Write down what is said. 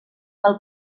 pel